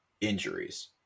Injuries